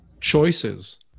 choices